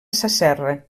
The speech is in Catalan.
sasserra